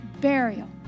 burial